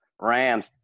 Rams